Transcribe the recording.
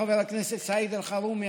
חבר הכנסת סעיד אלחרומי,